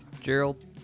Gerald